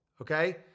Okay